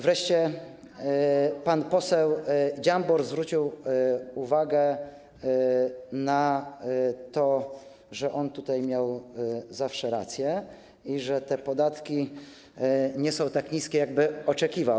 Wreszcie pan poseł Dziambor zwrócił uwagę na to, że on tutaj miał zawsze rację i że te podatki nie są tak niskie, jakby oczekiwał.